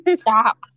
Stop